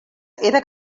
era